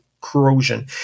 corrosion